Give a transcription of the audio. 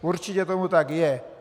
Určitě tomu tak je.